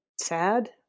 sad